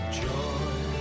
joy